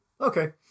okay